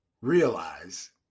realize